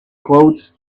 clouds